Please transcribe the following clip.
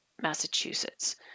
Massachusetts